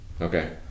okay